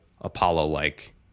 Apollo-like